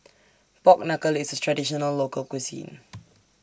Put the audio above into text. Pork Knuckle IS A Traditional Local Cuisine